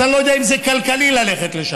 אז אני לא יודע אם זה כלכלי ללכת לשם,